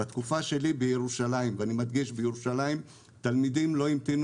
בתקופה שלי בירושלים ואני מדגיש בירושלים תלמידים לא המתינו